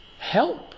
help